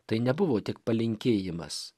tai nebuvo tik palinkėjimas